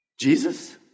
Jesus